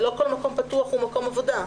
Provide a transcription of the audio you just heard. ולא כל מקום פתוח הוא מקום עבודה.